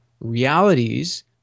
realities